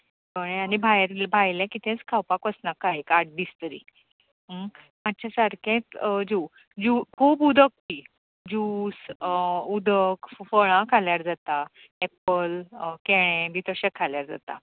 हय आनी भायलें कितेंच खावपाक वचनाका एक आठ दीस तरी मातशें सारकें जेव ल्यूकवर्म उदक पी उदक फळां खाल्यार जाता एप्पल केळें बी तशें खाल्यार जाता